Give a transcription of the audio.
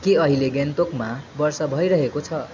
के अहिले गान्तोकमा वर्षा भइरहेको छ